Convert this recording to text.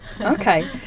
okay